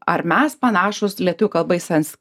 ar mes panašūs lietuvių kalba į sans